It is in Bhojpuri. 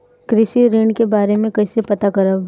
कृषि ऋण के बारे मे कइसे पता करब?